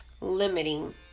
limiting